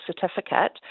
certificate